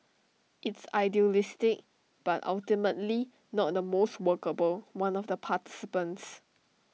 it's idealistic but ultimately not the most workable one of the participants